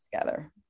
together